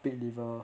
pig liver